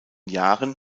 jahren